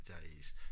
days